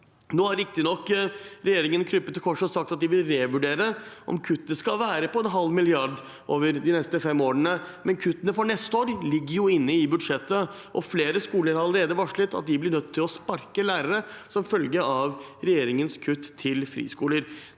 Nå har riktignok regjeringen krøpet til korset og sagt at de vil revurdere om kuttet skal være på en halv milliard over de neste fem årene, men kuttene for neste år ligger jo inne i budsjettet, og flere skoler har allerede varslet at de blir nødt til å sparke lærere som følge av regjeringens kutt til friskoler.